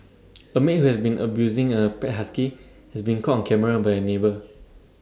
A maid who has been abusing A pet husky has been caught on camera by A neighbour